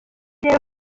rero